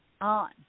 on